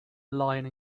line